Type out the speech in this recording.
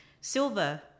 silver